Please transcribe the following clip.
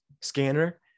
scanner